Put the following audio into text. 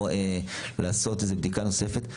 או לעשות איזושהי בדיקה נוספת,